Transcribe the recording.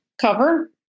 cover